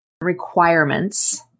requirements